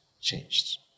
changed